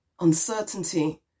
uncertainty